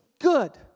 good